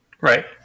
Right